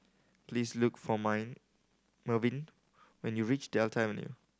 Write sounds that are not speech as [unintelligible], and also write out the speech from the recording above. please look for [unintelligible] Mervyn when you reach Delta Avenue